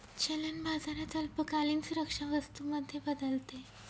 चलन बाजारात अल्पकालीन सुरक्षा वस्तू मध्ये बदलते